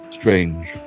Strange